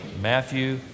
Matthew